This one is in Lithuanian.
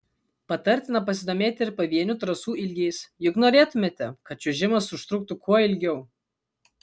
patartina pasidomėti ir pavienių trasų ilgiais juk norėtumėte kad čiuožimas užtruktų kuo ilgiau